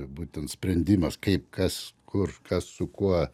būtent sprendimas kaip kas kur kas su kuo